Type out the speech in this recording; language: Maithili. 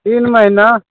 तीन महीना